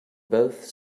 both